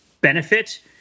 benefit